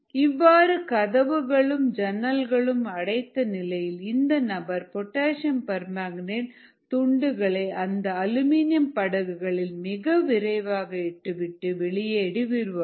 இவ்வாறு கதவுகளும் ஜன்னல்களும் அடைத்த நிலையில் அந்த நபர் பொட்டாசியம் பெர்மாங்கனேட் துண்டுகளை அந்த அலுமினியம் படகுகளில் மிக விரைவாக இட்டுவிட்டு வெளியேறி விடுவார்